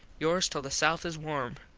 yours till the south is warm,